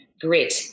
grit